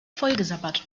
vollgesabbert